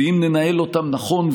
ואם ננהל אותם נכון,